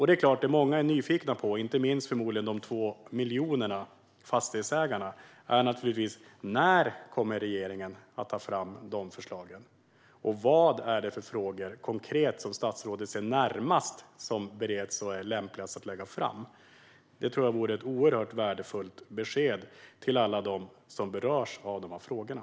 Det är klart att många, förmodligen inte minst de 2 miljoner fastighetsägarna, är nyfikna på när regeringen kommer att ta fram de förslagen. Och vad är det för frågor rent konkret som statsrådet närmast ser som bereds och är lämpligast att lägga fram? Det tror jag vore ett oerhört värdefullt besked till alla dem som berörs av de här frågorna.